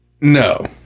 no